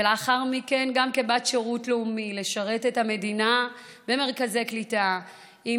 ולאחר מכן גם כבת שירות לאומי לשרת את המדינה במרכזי קליטה עם